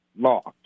locked